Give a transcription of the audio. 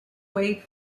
wait